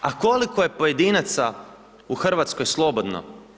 A koliko je pojedinaca u Hrvatskoj slobodno?